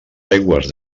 aigües